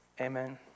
Amen